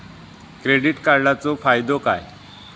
Credit कार्डाचो फायदो काय?